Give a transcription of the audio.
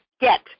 get